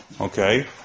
okay